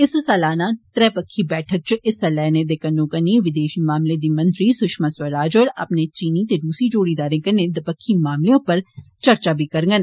इस सालाना त्रै पक्खी बैठक च हिस्सा लैने दे कन्नो कन्नी विदेशी मामले दी मंत्री सुषमा स्वराज होर अपने चीनी ते रूसी जोड़ीदारें कन्नै दबक्खी मामले उप्पर चर्चा बी करगंन